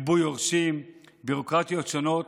ריבוי יורשים, ביורוקרטיות שונות,